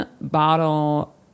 bottle